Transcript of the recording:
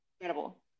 Incredible